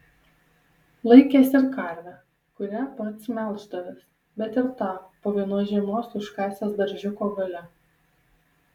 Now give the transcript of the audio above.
laikęs ir karvę kurią pats melždavęs bet ir tą po vienos žiemos užkasęs daržiuko gale